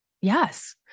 Yes